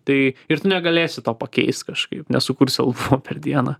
tai ir tu negalėsi to pakeist kažkaip nesukursi albumo per dieną